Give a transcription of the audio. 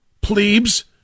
plebes